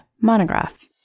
Monograph